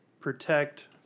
protect